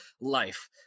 life